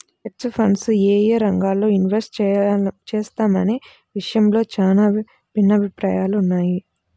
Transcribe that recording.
hedge funds యేయే రంగాల్లో invest చేస్తాయనే విషయంలో చానా భిన్నాభిప్రాయాలున్నయ్